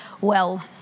well